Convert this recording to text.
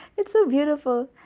it's so beautiful!